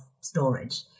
storage